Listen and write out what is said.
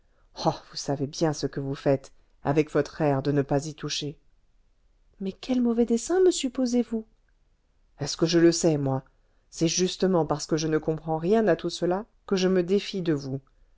vous savez bien ce que vous faites avec votre air de ne pas y toucher mais quel mauvais dessein me supposez-vous est-ce que je le sais moi c'est justement parce que je ne comprends rien à tout cela que je me défie de vous